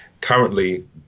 currently